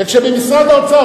וכשבמשרד האוצר,